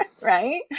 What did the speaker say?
Right